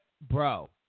bro